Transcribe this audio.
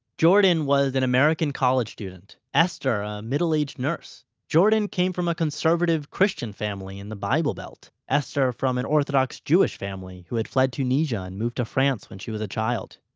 jordan was an american college student. esther a middle-aged nurse. jordan came from a conservative christian family in the bible belt. esther from an orthodox jewish family who had fled tunisia and moved to france when she was a child.